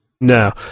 No